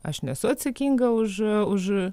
aš nesu atsakinga už už